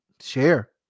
share